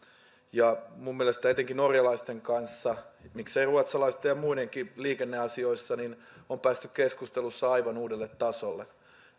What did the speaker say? ja minun mielestäni etenkin norjalaisten miksei ruotsalaisten ja muidenkin kanssa liikenneasioissa on päästy keskustelussa aivan uudelle tasolle